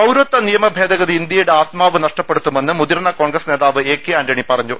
പൌരത്വ നിയമ ഭേദഗതി ഇന്ത്യയുടെ ആത്മാവ് നഷ്ടപ്പെടുത്തുമെന്ന് മുതിർന്ന കോൺഗ്രസ് നേതാവ് എ കെ ആന്റണി പറഞ്ഞു